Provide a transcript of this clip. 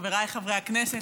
חבריי חברי הכנסת,